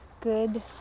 good